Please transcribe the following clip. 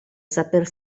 saper